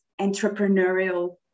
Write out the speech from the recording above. entrepreneurial